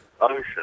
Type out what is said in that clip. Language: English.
ocean